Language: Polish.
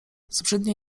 zbrzydnie